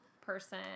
person